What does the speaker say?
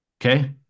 Okay